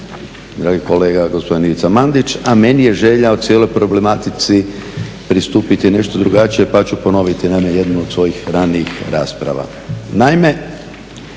dragi kolega gospodin Ivica Mandić, a meni je želja o cijeloj problematici pristupiti nešto drugačije, pa ću ponoviti naime jednu od svojih ranijih rasprava.